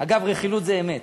אגב, רכילות זה אמת.